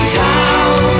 town